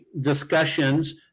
discussions